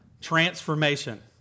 Transformation